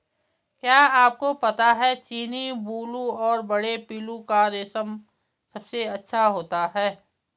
क्या आपको पता है चीनी, बूलू और बड़े पिल्लू का रेशम सबसे अच्छा होता है?